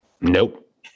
Nope